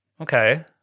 Okay